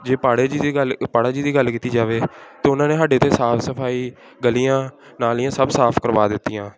ਜੇ ਪਾੜੇ ਜੀ ਦੀ ਗੱਲ ਪਾੜਾ ਜੀ ਦੀ ਗੱਲ ਕੀਤੀ ਜਾਵੇ ਤਾਂ ਉਹਨਾਂ ਨੇ ਸਾਡੇ ਇੱਥੇ ਸਾਫ ਸਫਾਈ ਗਲੀਆਂ ਨਾਲੀਆਂ ਸਭ ਸਾਫ ਕਰਵਾ ਦਿੱਤੀਆਂ